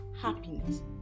happiness